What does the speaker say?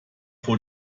vor